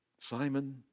Simon